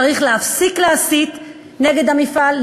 צריך להפסיק להסית נגד המפעל,